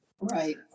Right